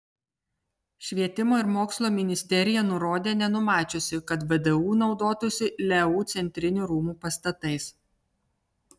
švietimo ir mokslo ministerija nurodė nenumačiusi kad vdu naudotųsi leu centrinių rūmų pastatais